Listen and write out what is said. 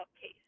case